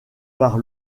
par